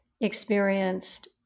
experienced